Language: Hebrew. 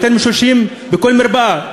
יותר מ-30 בכל מרפאה,